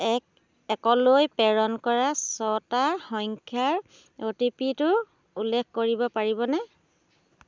এক একলৈ প্ৰেৰণ কৰা ছটা সংখ্যাৰ অ'টিপিটো উল্লেখ কৰিব পাৰিবনে